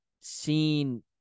seen